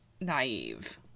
naive